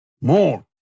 more